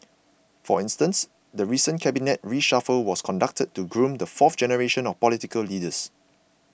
for instance the recent cabinet reshuffle was conducted to groom the fourth generation of political leaders